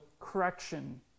correction